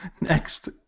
Next